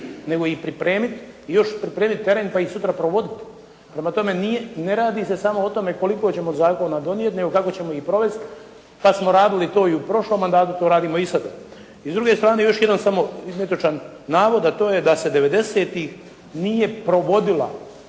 i još pripremiti teren pa ih sutra provoditi. Prema tome, ne radi se samo o tome koliko ćemo zakona donijeti, nego kako ćemo ih provesti, pa smo radili to i u prošlom mandatu, to radimo i sada. I s druge strane još jedan samo netočan navod, a to je da se devedesetih nije provodila